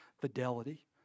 fidelity